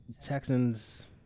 Texans